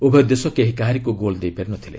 ଉଭୟ ଦେଶ କେହି କାହାରିକୁ ଗୋଲ୍ ଦେଇପାରି ନ ଥିଲେ